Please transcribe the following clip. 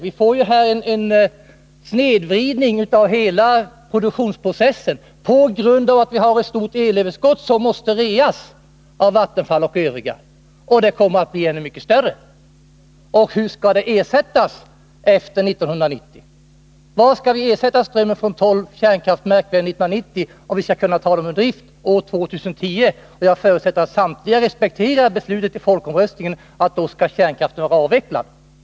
Vi får en snedvridning av hela produktionsprocessen på grund av att vi har ett stort elöverskott som måste reas av Vattenfall och andra. Och detta överskott kommer att bli ännu mycket större. Hur skall det ersättas efter 1990? Vad skall vi 1990 ersätta strömmen från tolv kärnkraftverk med, om vi skall kunna ta dem ur drift år 2010? Jag förutsätter nämligen att samtliga respekterar beslutet i folkomröstningen att kärnkraften då skall vara avvecklad.